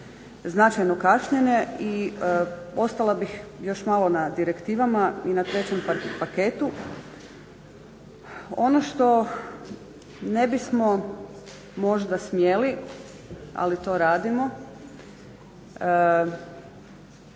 značajno kašnjenje i ostala bih još malo na direktivama i na trećem paketu. Ono što ne bismo možda smjeli ali to radimo,